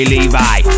Levi